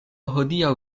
hodiaŭ